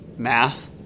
Math